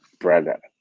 Brother